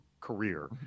career